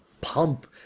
pump